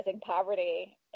poverty